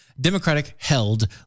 Democratic-held